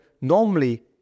normally